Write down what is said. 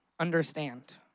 Understand